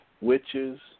witches